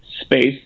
space